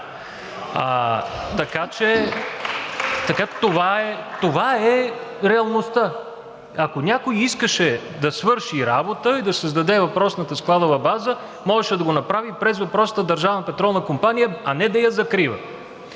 Така че това е реалността. Ако някой искаше да свърши работа и да създаде въпросната складова база, можеше да го направи през въпросната Държавна петролна